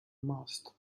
must